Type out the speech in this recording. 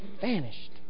Vanished